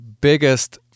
biggest